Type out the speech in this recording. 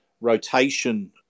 rotation